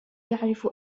يعرف